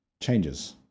Changes